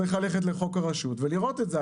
צריך ללכת לחוק הרשות ולראות את זה.